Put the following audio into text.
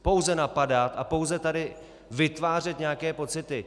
Pouze napadat a pouze tady vytvářet nějaké pocity.